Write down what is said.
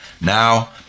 Now